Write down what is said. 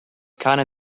cane